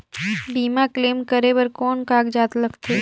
बीमा क्लेम करे बर कौन कागजात लगथे?